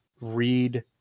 read